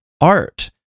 art